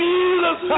Jesus